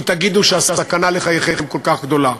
כי תגידו שהסכנה לחייכם כל כך גדולה.